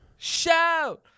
Shout